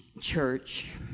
church